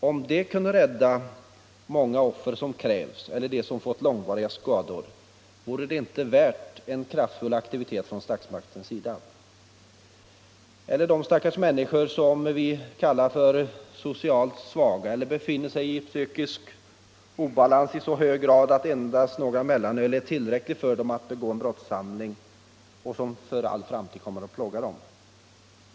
Om det kunde rädda många människor från att falla offer för våld, om det kunde rädda från långvariga skador — vore det inte värt en kraftfull aktivitet från statsmaktens sida? Eller de stackars människor som vi kallar socialt svaga eller som befinner sig i psykisk obalans i så hög grad att endast några mellanöl är tillräckliga för att de skall kunna begå en brottshandling som för all framtid kommer att plåga dem.